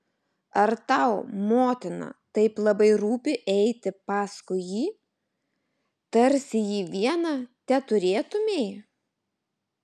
ar tau motina taip labai rūpi eiti paskui jį tarsi jį vieną teturėtumei